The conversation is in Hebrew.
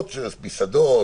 פסטיבלים המוניים,